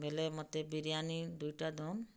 ବେଲେ ମତେ ବିରିୟାନୀ ଦୁଇଟା ଦଉନ୍